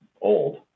old